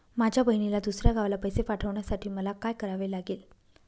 माझ्या बहिणीला दुसऱ्या गावाला पैसे पाठवण्यासाठी मला काय करावे लागेल?